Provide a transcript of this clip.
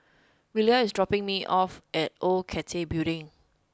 Willa is dropping me off at Old Cathay Building